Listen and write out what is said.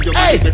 hey